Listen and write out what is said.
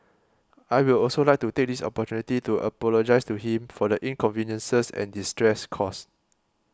I will also like to take this opportunity to apologise to him for the inconveniences and distress caused